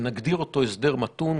הסדר מתון.